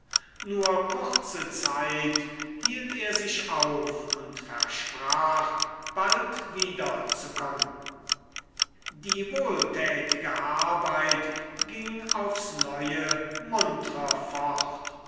nur kurze zeit hielt er sich auf und versprach bald wiederzukommen die wohltätige arbeit ging aufs neue muntrer fort